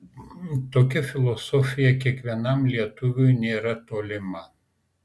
tokia filosofija kiekvienam lietuviui nėra tolima